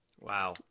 wow